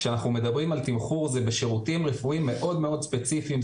כשאנחנו מדברים על תמחור זה בשירותים רפואיים מאוד מאוד ספציפיים.